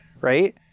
right